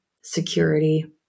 security